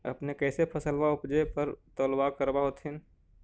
अपने कैसे फसलबा उपजे पर तौलबा करबा होत्थिन?